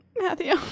matthew